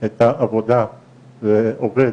את העבודה לעובד